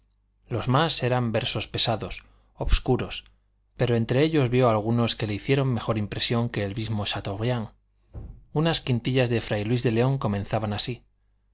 los más eran versos pesados obscuros pero entre ellos vio algunos que le hicieron mejor impresión que el mismo chateaubriand unas quintillas de fray luis de león comenzaban así